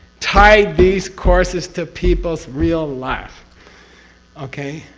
tie these courses to people's real life okay?